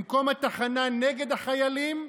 במקום התחנה נגד החיילים,